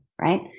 right